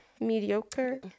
Mediocre